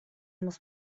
muss